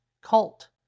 cult